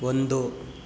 ಒಂದು